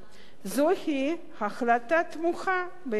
זוהי החלטה תמוהה בעיני.